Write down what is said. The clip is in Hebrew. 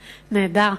נהדר,